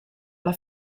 alla